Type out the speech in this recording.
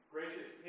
Gracious